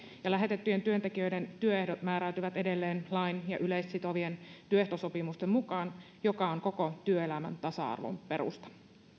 lähetettyjen työntekijöiden työehdot määräytyvät edelleen lain ja yleissitovien työehtosopimusten mukaan mikä on koko työelämän tasa arvon perusta